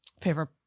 favorite